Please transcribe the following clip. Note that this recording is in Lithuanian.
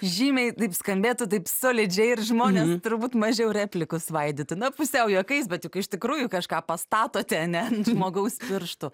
žymiai taip skambėtų taip solidžiai ir žmonės turbūt mažiau replikų svaidytų na pusiau juokais bet juk iš tikrųjų kažką pastatote ane žmogaus pirštų